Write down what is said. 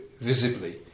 visibly